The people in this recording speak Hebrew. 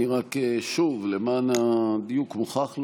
אני רק, שוב, למען הדיוק, מוכרח לומר,